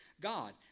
God